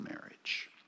marriage